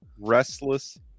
restless